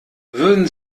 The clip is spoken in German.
würden